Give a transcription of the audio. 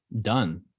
done